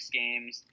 games